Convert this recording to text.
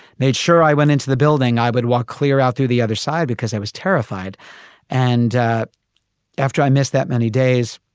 made sure i went into the building, i would walk clear out to the other side because i was terrified and after i missed that many days,